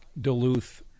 Duluth